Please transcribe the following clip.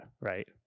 right